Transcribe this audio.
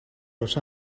los